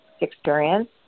experience